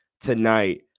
tonight